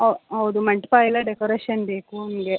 ಒಹ್ ಹೌದು ಮಂಟಪ ಎಲ್ಲ ಡೆಕೋರೇಷನ್ ಬೇಕು ನಮಗೆ